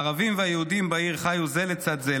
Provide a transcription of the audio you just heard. הערבים והיהודים בעיר חיו זה לצד זה,